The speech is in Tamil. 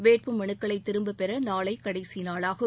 வேட்பு மனுக்களை திரும்பப் பெற நாளை கடைசி நாளாகும்